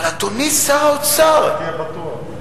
אל תהיה בטוח.